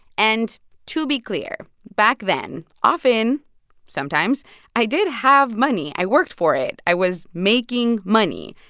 and to be clear, back then, often sometimes i did have money. i worked for it. i was making money.